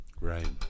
Right